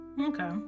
Okay